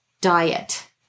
diet